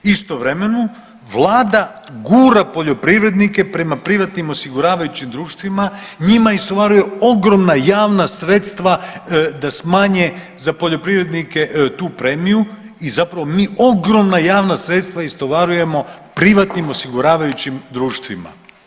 Istovremeno vlada gura poljoprivrednike prema privatnim osiguravajućim društvima, njima istovaruju ogromna javna sredstva da smanje za poljoprivrednike tu premiju i zapravo mi ogromna javna sredstva istovarujemo privatnim osiguravajućim društvima.